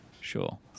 sure